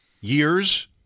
years